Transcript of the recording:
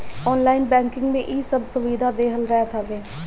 online banking में इ सब सुविधा देहल रहत हवे